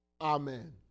Amen